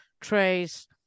trays